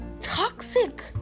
toxic